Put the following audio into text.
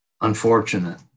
unfortunate